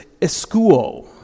eskuo